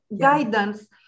guidance